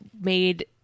made